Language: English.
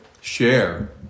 Share